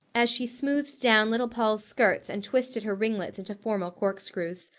as she smoothed down little poll's skirts and twisted her ringlets into formal corkscrews.